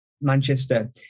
Manchester